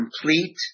complete